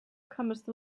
comest